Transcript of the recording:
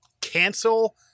cancel